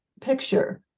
picture